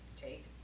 Take